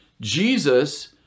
Jesus